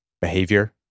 behavior